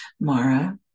Mara